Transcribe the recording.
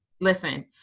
Listen